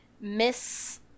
miss